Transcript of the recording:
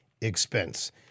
expense